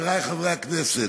חברי חברי הכנסת,